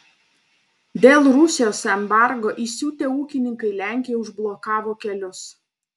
dėl rusijos embargo įsiutę ūkininkai lenkijoje užblokavo kelius